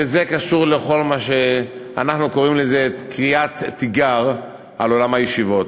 וזה קשור לכל מה שאנחנו קוראים לו קריאת תיגר על עולם הישיבות,